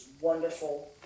wonderful